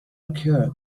occurred